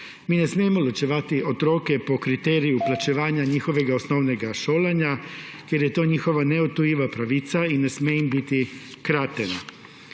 Mi ne smemo ločevati otrok po kriteriju plačevanja njihovega osnovnega šolanja, ker je to njihova neodtujljiva pravica in ne sme jim biti kratena